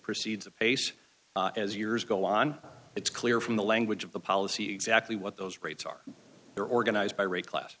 proceeds of base as years go on it's clear from the language of the policy exactly what those rates are they're organized by race class